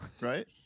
right